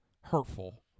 Hurtful